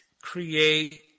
create